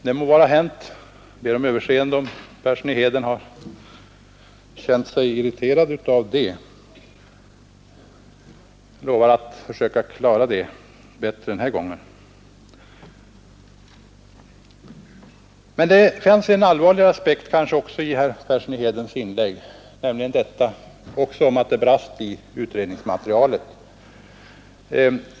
Jag ber om överseende om herr Persson i Heden kände sig irriterad, och jag lovar att försöka klara det bättre den här gången. Men det fanns också en kanske allvarligare aspekt i herr Perssons i Heden inlägg, nämligen att det brast i utredningsmaterialet.